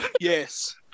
Yes